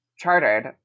chartered